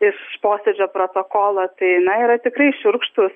iš posėdžio protokolo tai na yra tikrai šiurkštūs